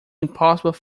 impossible